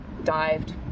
dived